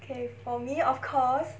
okay for me of course